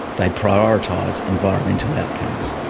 they prioritise environmental outcomes.